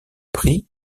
prix